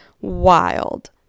Wild